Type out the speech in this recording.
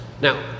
Now